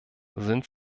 sind